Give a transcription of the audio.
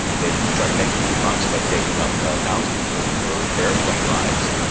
they'd try to make a few bucks by taking up ah townspeople for for airplane rides.